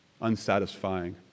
unsatisfying